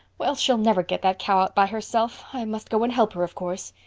well, she'll never get that cow out by herself. i must go and help her, of course.